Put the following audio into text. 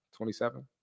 27